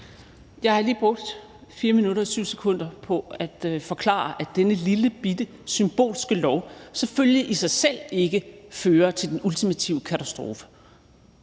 Jeg har lige brugt 4 minutter og 20 sekunder på at forklare, at denne lillebitte symbolske lov selvfølgelig i sig selv ikke fører til den ultimative katastrofe,